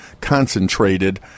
concentrated